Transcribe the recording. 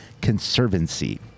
Conservancy